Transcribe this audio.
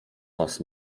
was